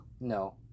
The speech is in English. No